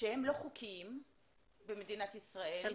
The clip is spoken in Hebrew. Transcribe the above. שהם לא חוקיים במדינת ישראל,